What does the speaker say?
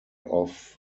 off